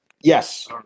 Yes